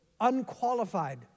unqualified